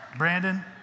Brandon